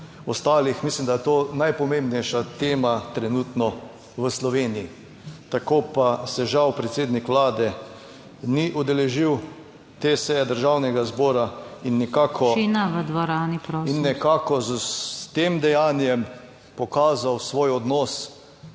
ostalih, mislim, da je to najpomembnejša tema trenutno v Sloveniji. Tako pa se žal predsednik Vlade ni udeležil te seje Državnega zbora in nekako s tem dejanjem pokazal svoj odnos.